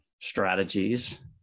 strategies